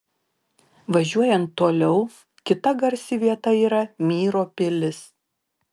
važiuojant toliau kita garsi vieta yra myro pilis